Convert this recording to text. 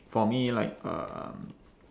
for me like um